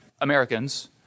Americans